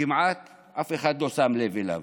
שכמעט אף אחד לא שם לב אליו.